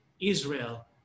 Israel